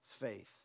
faith